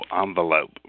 envelope